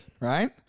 Right